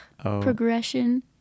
progression